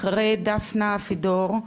אחרי דפנה פודור,